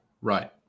Right